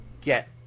get